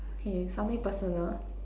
K something personal